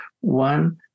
one